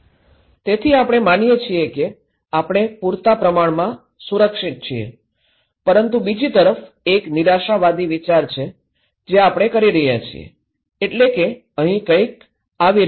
તેથી આપણે માનીએ છીએ કે આપણે પૂરતા પ્રમાણમાં સુરક્ષિત છીએ પરંતુ બીજી તરફ એક નિરાશાવાદી વિચાર છે કે જે આપણે કરી રહ્યા છીએ એટલે કે અહીં કંઈક આવી રહ્યું છે